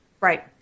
Right